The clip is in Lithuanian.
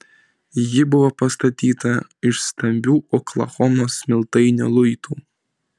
ji buvo pastatyta iš stambių oklahomos smiltainio luitų